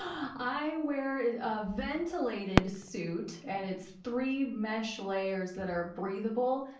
um i wear a ventilated suit and it's three mesh layers that are breathable,